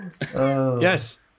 Yes